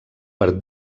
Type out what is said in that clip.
per